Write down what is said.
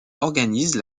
organise